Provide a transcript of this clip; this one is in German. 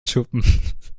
schuppen